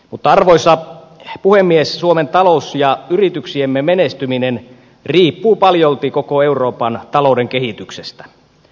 mutta arvoisa puhemies suomen talous ja yrityksiemme menestyminen riippuu paljolti koko euroopan talouden kehityksestä